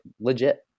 legit